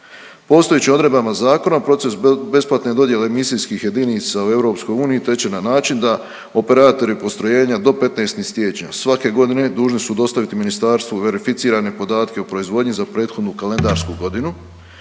Postojeće odredbama zakona proces besplatne dodjele emisijskih jedinica u EU teče na način da operatori postrojenja do 15. siječnja svake godine dužni su dostaviti ministarstvu verificirane podatke o proizvodnji za prethodnu kalendarsku godinu,